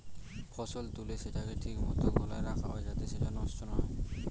ফসল তুলে সেটাকে ঠিক মতো গোলায় রাখা হয় যাতে সেটা নষ্ট না হয়